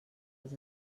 als